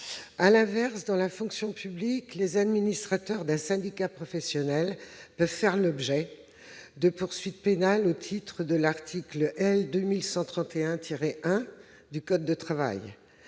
À l'inverse, dans la fonction publique, les administrateurs d'un syndicat professionnel peuvent faire l'objet de poursuites pénales au titre de l'article L. 2136-1 du code du travail.